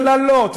קללות,